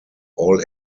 all